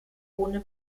ohne